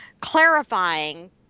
clarifying